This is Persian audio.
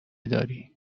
داری